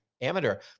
amateur